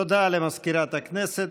תודה למזכירת הכנסת.